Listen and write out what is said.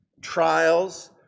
trials